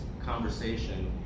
conversation